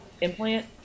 implant